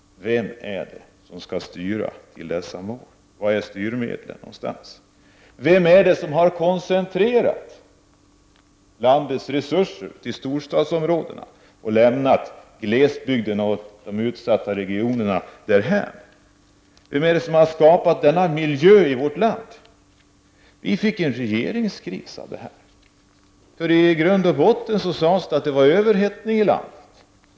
Vem skall styra till dessa mål? Var finns styrmedlen någonstans? Vem är det som har koncentrerat landets resurser till storstadsområdena och lämnat glesbygden och de utsatta regionerna därhän? Vem har skapat denna miljö i vårt land? Vi fick en regeringskris av det här. Det sades att det var överhettning i landet.